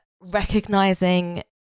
recognizing